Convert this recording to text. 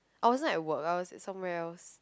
I wasn't like work else in somewhere else